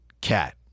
cat